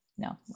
No